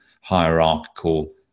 hierarchical